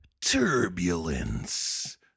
Turbulence